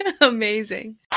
Amazing